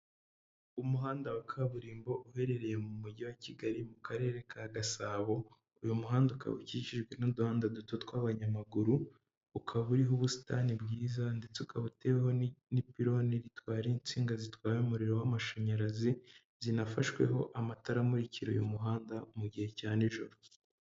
umuhanda wa kaburimbo uherereye mu mujyi wa Kigali mu karere ka Gasabo, uyu muhanda ukaba ukikijwe n'uduhanda duto tw'abanyamaguru ukaba uriho ubusitani bwiza ndetse ukaba uteweho n''piloni ritwara insinga zitwaye umuriro w'amashanyarazi zinafashweho amatara amurikira uyu muhanda mu gihe cya nijoro.